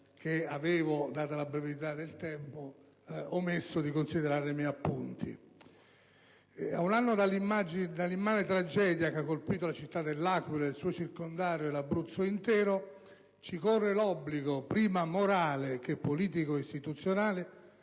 che avevo, data la brevità del tempo, omesso di considerare nei miei appunti. Ad un anno dall'immane tragedia che ha colpito la città dell'Aquila, il suo circondario e l'Abruzzo intero, ci corre l'obbligo, prima morale che politico ed istituzionale,